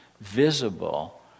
visible